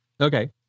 okay